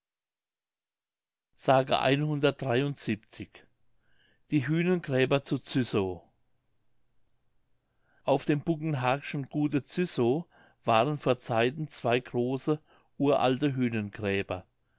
die hühnengräber zu züssow auf dem buggenhagenschen gute züssow waren vor zeiten zwei große uralte